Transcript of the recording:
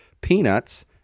Peanuts